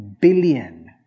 billion